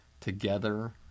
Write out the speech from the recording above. Together